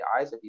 eyes